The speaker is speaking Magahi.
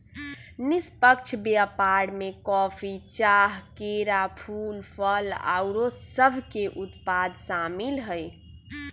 निष्पक्ष व्यापार में कॉफी, चाह, केरा, फूल, फल आउरो सभके उत्पाद सामिल हइ